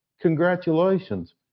congratulations